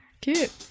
cute